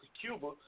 Cuba